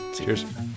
Cheers